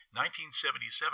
1977